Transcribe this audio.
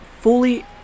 fully